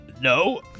No